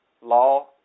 Law